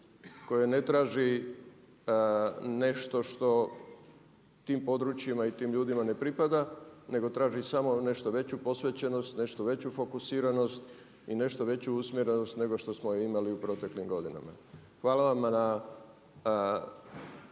koja ne traži nešto što tim područjima i tim ljudima ne pripada nego traži samo nešto veću posvećenost, nešto veću fokusiranost i nešto veću usmjerenost nego što smo imali u proteklim godinama. Hvala vam na